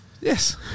Yes